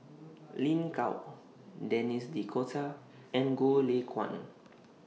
Lin Gao Denis D'Cotta and Goh Lay Kuan